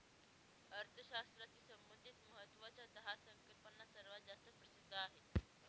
अर्थशास्त्राशी संबंधित महत्वाच्या दहा संकल्पना सर्वात जास्त प्रसिद्ध आहेत